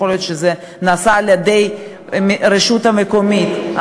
יכול להיות שזה נעשה על-ידי הרשות המקומית.